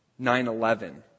9-11